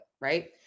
right